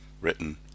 written